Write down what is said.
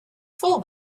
full